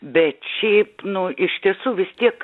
bet šiaip nu iš tiesų vis tiek